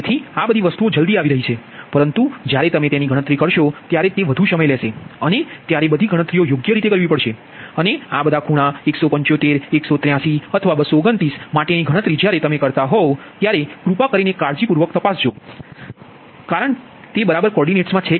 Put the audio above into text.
તેથી આ બધી વસ્તુઓ જલ્દી આવી રહ્યા છે પરંતુ જ્યારે તમે તેની ગણતરી કરશો ત્યારે તે વધુ સમય લેશે અને તમારે બધી ગણતરીઓ યોગ્ય રીતે કરવી પડશે અને આ બધા ખૂણા 175183 અથવા 229 માટેની ગણતરી જ્યારે તમે કરતા હોવ ત્યારે કૃપા કરીને કાળજીપૂર્વક તપાસો કે તે બરાબર કોર્ડિનેટસ મા છે